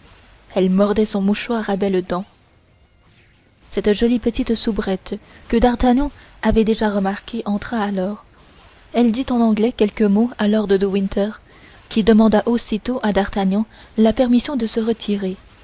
elle mordait son mouchoir à belles dents cette jolie petite soubrette que d'artagnan avait déjà remarquée entra alors elle dit en anglais quelques mots à lord de winter qui demanda aussitôt à d'artagnan la permission de se retirer